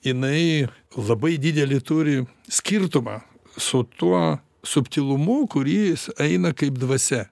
jinai labai didelį turi skirtumą su tuo subtilumu kurį jis eina kaip dvasia